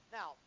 Now